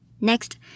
Next